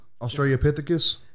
Australopithecus